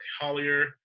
Hollier